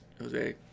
Jose